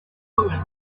omens